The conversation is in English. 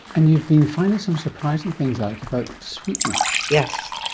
and you've been finding some surprising things out about sweetness. yes.